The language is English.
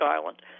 Island